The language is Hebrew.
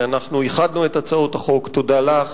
ואנחנו איחדנו את הצעות החוק תודה לך